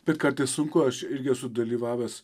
bet kartais sunku aš irgi esu dalyvavęs